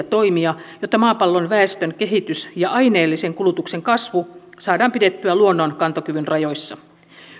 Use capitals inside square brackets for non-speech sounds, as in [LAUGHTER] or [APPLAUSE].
[UNINTELLIGIBLE] toimia jotta maapallon väestön kehitys ja aineellisen kulutuksen kasvu saadaan pidettyä luonnon kantokyvyn rajoissa